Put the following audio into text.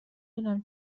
دونم